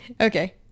Okay